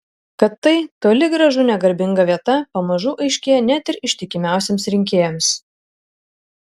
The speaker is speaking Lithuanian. kad tai toli gražu ne garbinga vieta pamažu aiškėja net ir ištikimiausiems rinkėjams